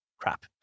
crap